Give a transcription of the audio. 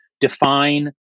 define